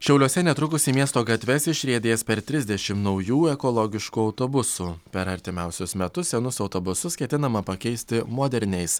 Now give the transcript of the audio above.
šiauliuose netrukus į miesto gatves išriedės per trisdešimt naujų ekologiškų autobusų per artimiausius metus senus autobusus ketinama pakeisti moderniais